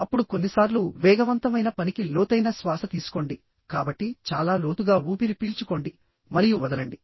అప్పుడు కొన్నిసార్లు వేగవంతమైన పనికి లోతైన శ్వాస తీసుకోండి కాబట్టి చాలా లోతుగా ఊపిరి పీల్చుకోండి మరియు వదలండి